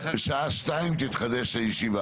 אני אלך עם חקיקה אולי נסגור את זה בצורה אחרת,